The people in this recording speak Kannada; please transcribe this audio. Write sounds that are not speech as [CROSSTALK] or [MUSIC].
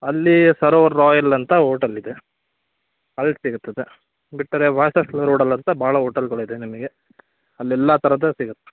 ಅಲ್ಲಿ ಸರೋವರ್ ರಾಯಲ್ ಅಂತ ಓಟಲ್ ಇದೆ ಅಲ್ಲಿ ಸಿಗುತ್ತದು ಬಿಟ್ಟರೆ [UNINTELLIGIBLE] ಅಂತ ಭಾಳ ಓಟಲ್ಗಳಿದೆ ನಿಮಗೆ ಅಲ್ಲಿ ಎಲ್ಲ ಥರದ್ದು ಸಿಗತ್ತೆ